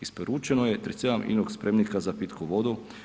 Isporučeno je 37 inox spremnika za pitku vodu.